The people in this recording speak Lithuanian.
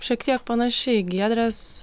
šiek tiek panaši į giedrės